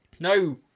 No